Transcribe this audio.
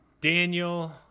Daniel